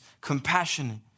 compassionate